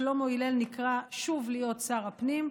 ושלמה הלל נקרא שוב להיות שר הפנים.